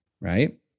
right